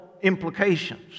implications